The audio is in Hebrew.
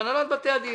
בהנהלת בתי הדין